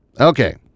Okay